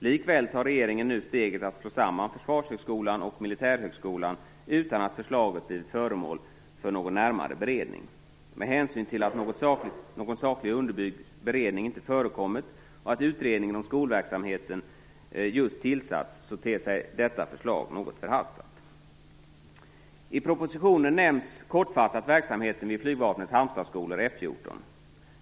Likväl tar regeringen nu steget att slå samman Försvarshögskolan och Militärhögskolan, utan att förslaget blivit föremål för någon närmare beredning. Med hänsyn till att någon sakligt underbyggd beredning inte har förekommit och att en utredning om just skolverksamheten tillsätts ter sig förslaget något förhastat. I propositionen nämns kortfattat verksamheten vid flygvapnets Halmstadsskolor, F 14.